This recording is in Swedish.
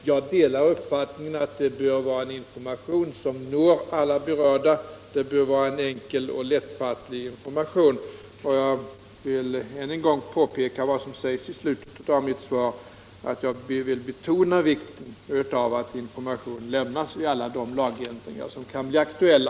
Jag delar uppfattningen att det bör vara en information som når alla berörda och att den bör vara enkel och lättfattlig. Än en gång ber jag att få påpeka vad som sägs i slutet av mitt svar, nämligen att jag betonar vikten av att information lämnas om alla de lagändringar som kan bli aktuella.